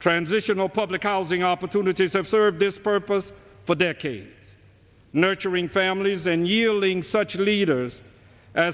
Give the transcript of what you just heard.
transitional public housing opportunities and serve this purpose for decades nurturing families in yielding such leaders a